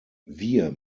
wir